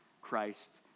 Christ